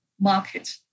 market